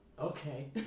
Okay